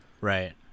Right